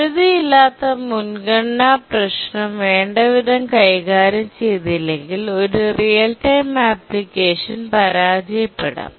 പരിധിയില്ലാത്ത മുൻഗണന പ്രശ്നം വേണ്ടവിധം കൈകാര്യം ചെയ്തില്ലെങ്കിൽ ഒരു റിയൽ ടൈം അപ്ലിക്കേഷൻ പരാജയപ്പെടാം